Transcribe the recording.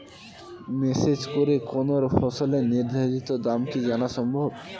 Message করে কোন ফসলের নির্ধারিত দাম কি জানা সম্ভব?